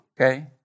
Okay